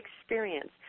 experience